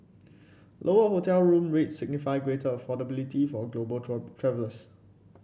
lower hotel room rates signify greater affordability for global travellers